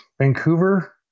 Vancouver